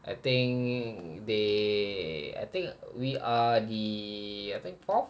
I think they I think we are the I think four